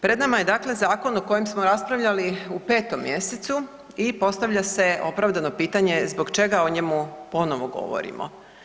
Pred nama je dakle zakon o kojem smo raspravljali u 5. mjesecu i postavlja se opravdano pitanje zbog čega o njemu ponovo govorimo?